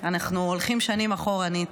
אנחנו הולכים שנים אחורנית,